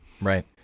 right